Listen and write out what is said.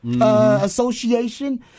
Association